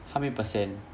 how many percent